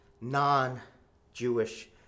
non-Jewish